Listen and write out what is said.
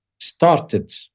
started